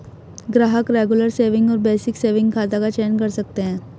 ग्राहक regular saving और basic saving खाता का चयन कर सकते है